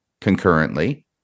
concurrently